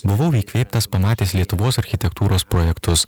buvau įkvėptas pamatęs lietuvos architektūros projektus